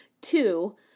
Two